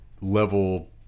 level